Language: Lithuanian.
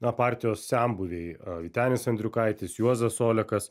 na partijos senbuviai vytenis andriukaitis juozas olekas